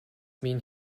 mean